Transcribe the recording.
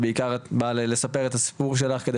ובעיקר את באה לספר את הסיפור שלך כדי